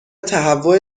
تهوع